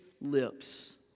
lips